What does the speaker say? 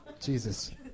Jesus